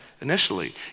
initially